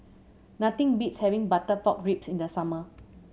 nothing beats having butter pork ribs in the summer